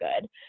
good